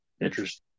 Interesting